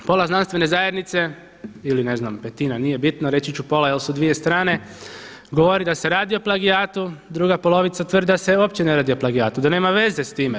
Pola znanstvene zajednice ili ne znam petina, nije bitno, reći ću pola jer su dvije strane govori da se radi o plagijatu, druga polovica tvrdi da se uopće ne radi o plagijatu, da nema veze s time.